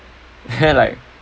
then like